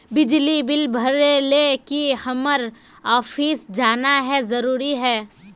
बिजली बिल भरे ले की हम्मर ऑफिस जाना है जरूरी है?